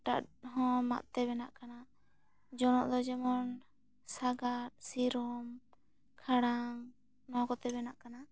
ᱦᱟᱴᱟᱜ ᱦᱚᱸ ᱢᱟᱜ ᱛᱮ ᱵᱮᱱᱟᱜ ᱠᱟᱱᱟ ᱡᱚᱱᱚᱜ ᱫᱚ ᱡᱮᱢᱚᱱ ᱥᱟᱜᱟᱫ ᱥᱤᱨᱚᱢ ᱠᱷᱟᱲᱟᱝ ᱱᱚᱣᱟ ᱠᱚᱛᱮ ᱵᱮᱱᱟᱜ ᱠᱟᱱᱟ